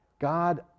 God